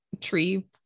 tree